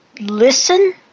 listen